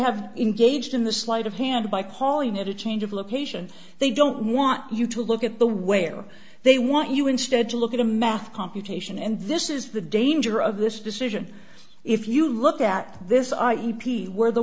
have engaged in the sleight of hand by calling it a change of location they don't want you to look at the where they want you instead to look at a math computation and this is the danger of this decision if you look at this i e p where the